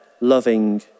loving